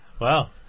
wow